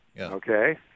Okay